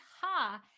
ha